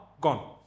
gone